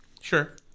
sure